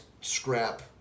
scrap